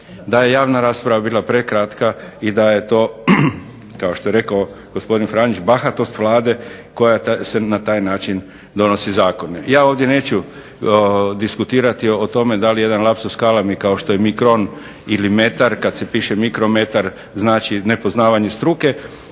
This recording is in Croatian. da je javna rasprava bila prekratka i da je to kao što je rekao gospodin Franjić bahatost Vlade koja na taj način donosi zakone. Ja ovdje neću diskutirati o tome da li je jedan lapsus calami kao što je mikron ili metar kad se piše mikrometar znači nepoznavanje struke.